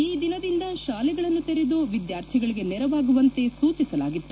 ಈ ದಿನದಿಂದ ಶಾಲೆಗಳನ್ನು ತೆರೆದು ವಿದ್ಯಾರ್ಥಿಗಳಿಗೆ ನೆರವಾಗುವಂತೆ ಸೂಜಿಸಲಾಗಿತ್ತು